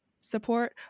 Support